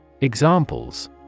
Examples